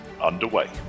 underway